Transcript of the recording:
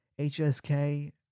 HSK